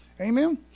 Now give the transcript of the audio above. Amen